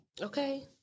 Okay